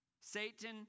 Satan